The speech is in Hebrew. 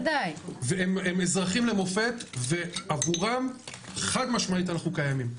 הם אזרחים למופת, ועבורם חד-משמעית אנחנו קיימים.